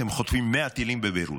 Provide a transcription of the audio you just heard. אתם חוטפים 100 טילים בביירות.